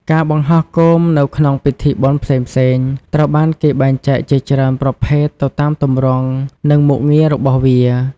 ការបង្ហោះគោមនៅក្នុងពិធីបុណ្យផ្សេងៗត្រូវបានគេបែងចែកជាច្រើនប្រភេទទៅតាមទម្រង់ និងមុខងាររបស់វា។